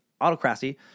autocracy